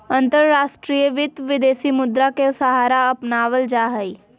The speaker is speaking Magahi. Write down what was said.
अंतर्राष्ट्रीय वित्त, विदेशी मुद्रा के सहारा अपनावल जा हई